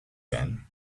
then